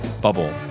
Bubble